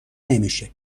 نمیشه